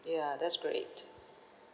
ya that's great